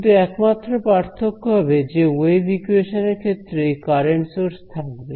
কিন্তু একমাত্র পার্থক্য হবে যে ওয়েভ ইকুয়েশন এর ক্ষেত্রে এই কারেন্ট সোর্স থাকবে